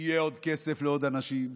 יהיה עוד כסף לעוד אנשים.